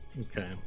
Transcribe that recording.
Okay